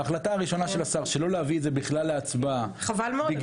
ההחלטה של השר שלא להביא את זה בכלל להצבעה בגלל